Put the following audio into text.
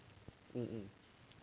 um